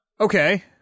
Okay